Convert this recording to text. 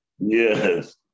yes